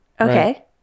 Okay